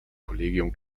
kollegium